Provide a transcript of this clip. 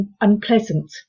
unpleasant